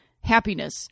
happiness